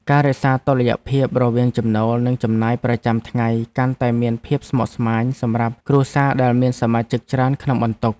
ការរក្សាតុល្យភាពរវាងចំណូលនិងចំណាយប្រចាំថ្ងៃកាន់តែមានភាពស្មុគស្មាញសម្រាប់គ្រួសារដែលមានសមាជិកច្រើនក្នុងបន្ទុក។